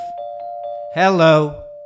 Hello